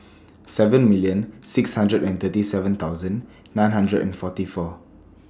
seven million six hundred and thirty seven thousand nine hundred and forty four